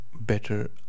better